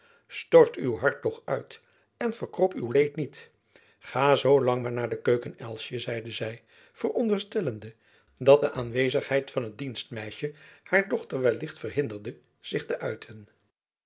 stort uw hart toch uit en verkrop uw leed niet ga zoo lang maar naar de keuken elsjen zeide zy veronderstellende dat de aanwezigheid van het dienstmeisjen haar dochter wellicht verhinderde zich te uiten